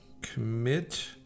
commit